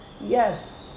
Yes